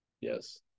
yes